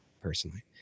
personally